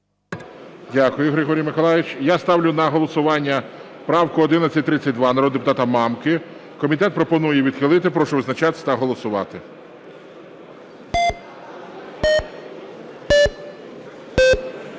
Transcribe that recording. Дякую, Григорій Миколайович. Я ставлю на голосування правку 1132 народного депутата Мамки. Комітет пропонує її відхилити. Прошу визначатись та голосувати.